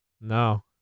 No